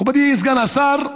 מכובדי סגן השר,